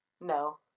No